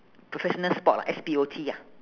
professional spot ah S P O T ah